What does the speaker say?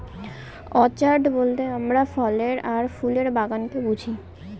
orchard বলতে আমরা ফলের আর ফুলের বাগানকে বুঝি